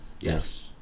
Yes